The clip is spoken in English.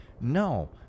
No